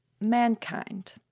mankind